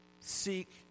Seek